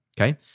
okay